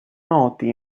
noti